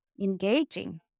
engaging